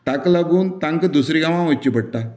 ताका लागून तांकां दुसरें गावांत वयचें पडटा